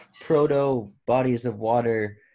proto-bodies-of-water –